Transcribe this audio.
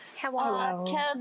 Hello